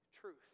truth